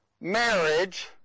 marriage